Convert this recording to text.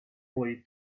boy